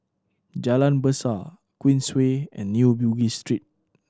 Jalan Besar Queensway and New Bugis Street